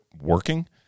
working